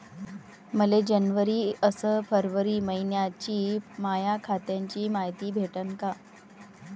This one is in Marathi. मले जनवरी अस फरवरी मइन्याची माया खात्याची मायती भेटन का?